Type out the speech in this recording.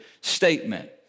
statement